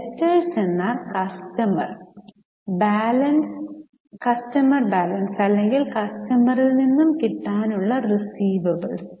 debtors എന്നാൽ customer balance അല്ലെങ്കിൽകസ്റ്റമെറില് നിന്നും കിട്ടാനുള്ള റീസിവബിൾസ്